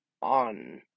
on